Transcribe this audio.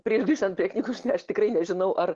prie grįžtant prie knygos aš ne aš tikrai nežinau ar